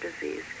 disease